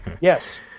Yes